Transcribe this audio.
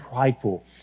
prideful